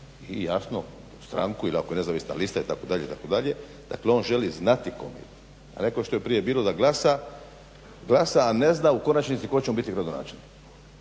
i jasno stranku ili ako je nezavisna lista itd., itd., dakle on želi znati kome ide, a ne kao što je prije bilo da glasa, a ne zna u konačnici tko će mu biti gradonačelnik.